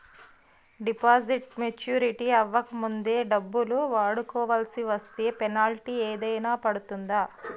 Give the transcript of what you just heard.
Deposit maturity అవ్వక ముందే డబ్బులు వాడుకొవాల్సి వస్తే పెనాల్టీ ఏదైనా పడుతుందా?